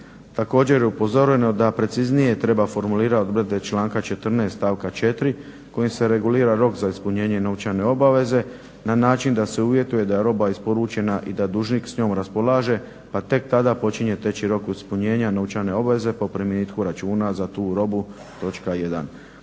Također je upozoreno da preciznije treba formulirati odrebe članka 14.stvaka 4.kojim se regulira rok za ispunjenje novčane obaveze na način da se uvjetuje da je roba isporučena i da dužnik s njom raspolaže pa tek kada počinje teći rok ispunjenja novčane obveze po primitku računa za tu robu